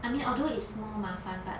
I mean although it's more 麻烦 but